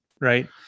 right